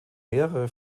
mehrere